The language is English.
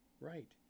right